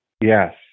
Yes